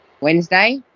Wednesday